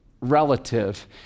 relative